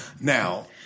now